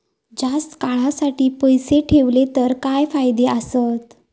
जास्त काळासाठी पैसे ठेवले तर काय फायदे आसत?